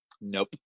nope